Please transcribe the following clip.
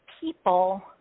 people